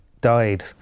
died